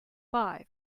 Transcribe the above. five